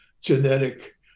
genetic